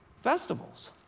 festivals